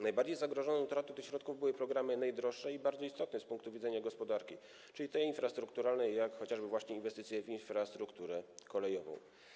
Najbardziej zagrożone utratą tych środków były programy najdroższe i bardzo istotne z punktu widzenia gospodarki, czyli te infrastrukturalne, jak chociażby właśnie inwestycje w infrastrukturę kolejową.